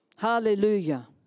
Hallelujah